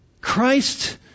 Christ